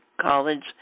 college